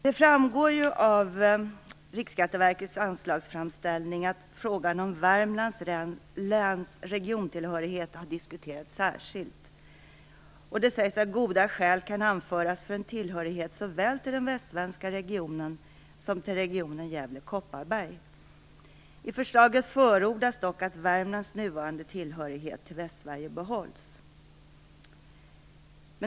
Det framgår av Riksskatteverkets anslagsframställning att frågan om Värmlands läns regiontillhörighet har diskuterats särskilt. Det sägs att goda skäl kan anföras för en tillhörighet såväl till den västsvenska regionen som till regionen Gävle/Kopparberg. I förslaget förordas dock att Värmlands nuvarande tillhörighet till Västsverige behålls.